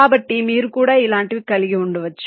కాబట్టి మీరు కూడా ఇలాంటివి కలిగి ఉండవచ్చు